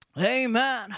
Amen